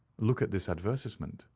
look at this advertisement,